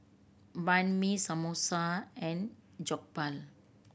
Banh Mi Samosa and Jokbal